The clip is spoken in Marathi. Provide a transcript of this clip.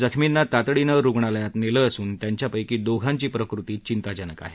जखमीना तातडीन रुग्णालयात नेल असून त्याच्यापैकी दोघांची प्रकृती चिताजनक आहे